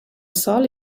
sol